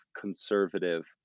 conservative